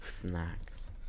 snacks